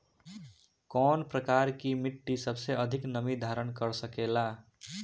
कौन प्रकार की मिट्टी सबसे अधिक नमी धारण कर सकेला?